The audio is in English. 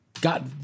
got